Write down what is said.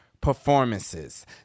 performances